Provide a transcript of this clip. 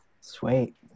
Sweet